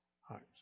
hearts